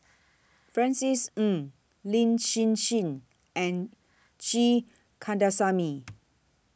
Francis Ng Lin Hsin Hsin and G Kandasamy